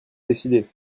décider